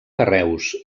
carreus